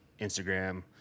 Instagram